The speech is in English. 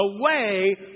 away